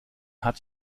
hat